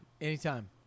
anytime